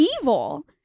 evil